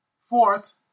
Fourth